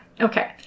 okay